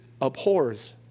abhors